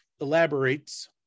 elaborates